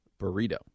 burrito